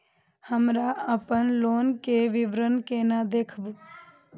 हमरा अपन लोन के विवरण केना देखब?